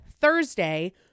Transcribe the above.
Thursday